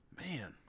Man